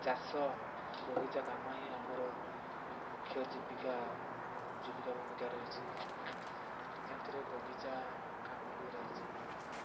ଚାଷ ବଗିଚା କାମ ହିଁ ଆମର ମୁଖ୍ୟ ଜୀବିକା ଜୀବିକା ଭୂମିକା ରହିଛି ଯେଉଁଥିରେ ବଗିଚା କାମ ବି ରହିଛି